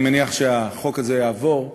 אני מניח שהחוק הזה יעבור.